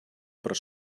per